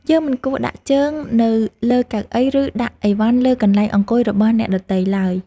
យើងមិនគួរដាក់ជើងនៅលើកៅអី ឬដាក់អីវ៉ាន់លើកន្លែងអង្គុយរបស់អ្នកដទៃឡើយ។